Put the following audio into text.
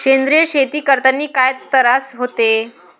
सेंद्रिय शेती करतांनी काय तरास होते?